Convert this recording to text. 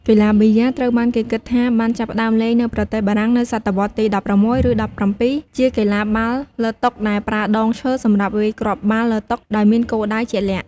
កីឡាប៊ីយ៉ា ត្រូវបានគេគិតថាបានចាប់ផ្តើមលេងនៅប្រទេសបារាំងនៅសតវត្សទី ១៦ ឬ ១៧ ជាកីឡាបាល់លើតុដែលប្រើដងឈើសម្រាប់វាយគ្រាប់បាល់លើតុ ដោយមានគោលដៅជាក់លាក់។